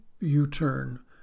U-turn